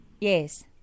yes